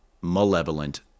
malevolent